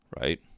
right